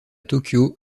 tokyo